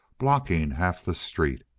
blocking half the street.